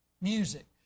music